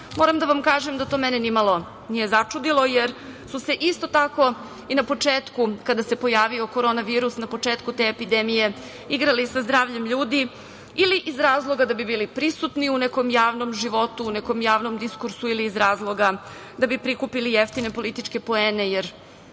moram da vam kažem da me to nimalo nije začudilo jer su se isto tako i na početku kada se pojavio korona virus, na početku te epidemije igrali sa zdravljem ljudi ili iz razloga da bi bili prisutni u nekom javnom životu, u nekom javnom diskursu ili iz razloga da bi prikupili jeftine političke poene, jer